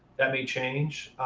that may change.